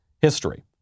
history